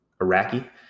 iraqi